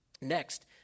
Next